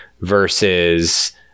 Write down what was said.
versus